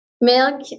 milk